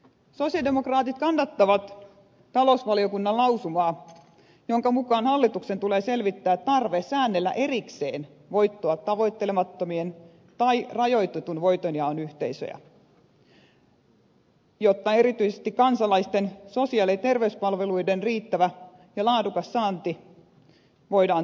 sosialidemokraatit kannattavat talousvaliokunnan lausumaa jonka mukaan hallituksen tulee selvittää tarve säännellä erikseen voittoa tavoittelemattomien tai rajoitetun voitonjaon yhteisöjä jotta erityisesti kansalaisten sosiaali ja terveyspalveluiden riittävä ja laadukas saanti voidaan turvata